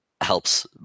helps